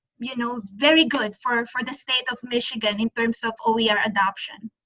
you know very good for for the state of michigan in terms of oer adoption.